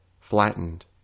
flattened